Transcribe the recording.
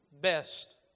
best